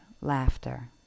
laughter